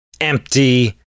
empty